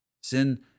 Sin